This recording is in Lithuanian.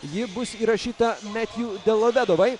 ji bus įrašyta metju delovedovai